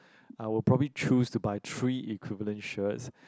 I would probably choose to buy three equivalent shirts